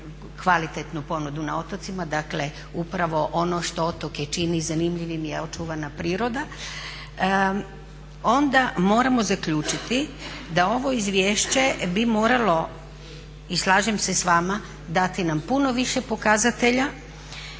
kvalitetnu ponudu na otocima, dakle upravo ono što otoke čini zanimljivim je očuvana priroda, onda moramo zaključiti da ovo izvješće bi moralo, i slažem se s vama, dati nam puno više pokazatelja.